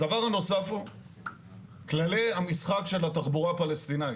הדבר הנוסף הוא כללי המשחק של התחבורה הפלסטינית.